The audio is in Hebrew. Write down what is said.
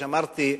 כפי שאמרתי,